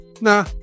nah